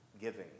giving